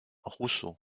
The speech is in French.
russo